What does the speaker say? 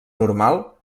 normal